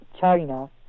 China